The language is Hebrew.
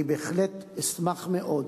אני בהחלט אשמח מאוד